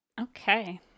Okay